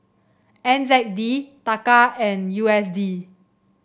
N Z D Taka and U S D